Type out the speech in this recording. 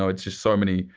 so it's just so many.